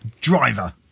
driver